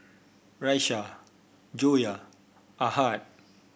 Raisya Joyah Ahad